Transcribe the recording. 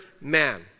man